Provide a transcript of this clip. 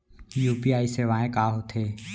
UPI सेवाएं का होथे